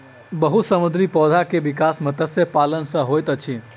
बहुत समुद्री पौधा के विकास मत्स्य पालन सॅ होइत अछि